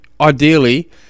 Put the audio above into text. ideally